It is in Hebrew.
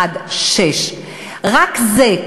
1.6. רק זה,